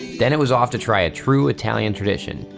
then it was off to try a true italian tradition,